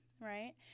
Right